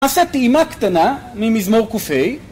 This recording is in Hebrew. עשה טעימה קטנה ממזמור קה